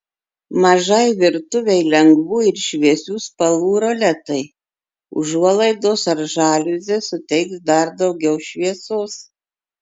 mažai virtuvei lengvų ir šviesių spalvų roletai užuolaidos ar žaliuzės suteiks dar daugiau šviesos